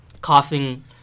coughing